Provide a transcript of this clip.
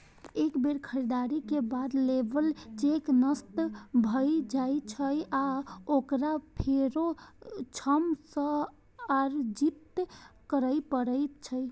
एक बेर खरीदारी के बाद लेबर चेक नष्ट भए जाइ छै आ ओकरा फेरो श्रम सँ अर्जित करै पड़ै छै